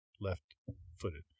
left-footed